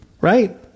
Right